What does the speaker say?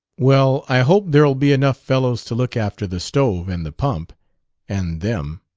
well, i hope there'll be enough fellows to look after the stove and the pump and them.